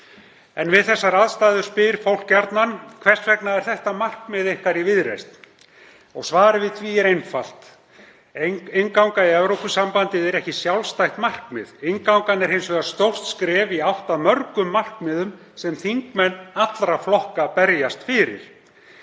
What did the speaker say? En við þessar aðstæður spyr fólk gjarnan: Hvers vegna er þetta markmið ykkar í Viðreisn? Svarið við því er einfalt. Innganga í Evrópusambandið er ekki sjálfstætt markmið. Inngangan er hins vegar stórt skref í átt að mörgum markmiðum sem þingmenn allra flokka berjast fyrir.